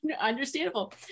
understandable